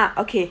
ah okay